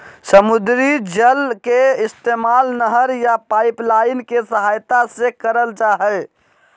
समुद्री जल के इस्तेमाल नहर या पाइपलाइन के सहायता से करल जा हय